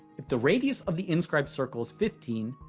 if the radius of the inscribed circle is fifteen,